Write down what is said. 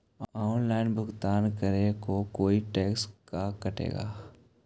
Online भुगतान करे को कोई टैक्स का कटेगा?